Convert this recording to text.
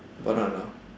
but not now